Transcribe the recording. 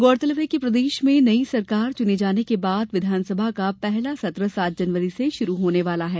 गौरतलब है कि प्रदेश में नई सरकार चुने जाने के बाद विधानसभा का पहला सत्र सात जनवरी से शुरू होने वाला है